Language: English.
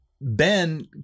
Ben